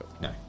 No